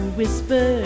whisper